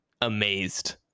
amazed